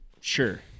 Sure